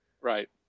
Right